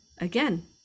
again